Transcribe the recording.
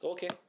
Okay